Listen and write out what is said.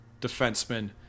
defenseman